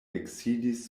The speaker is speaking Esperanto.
eksidis